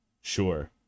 sure